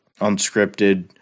unscripted